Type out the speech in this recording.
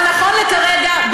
אבל נכון לכרגע,